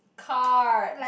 cards